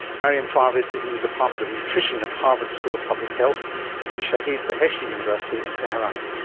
maryam farvid is in the department of nutrition at harvard school of public health and shahid beheshti university in tehran.